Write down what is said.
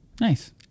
Nice